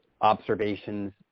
observations